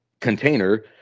container